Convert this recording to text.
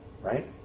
right